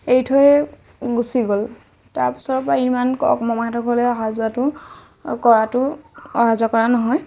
এৰি থৈ গুচি গ'ল তাৰ পিছৰ পৰা ইমানকে মামাহঁতৰ ঘৰলৈ অহা যোৱাটো কৰাটো অহা যোৱা কৰা নহয়